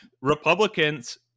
Republicans